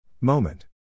Moment